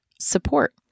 support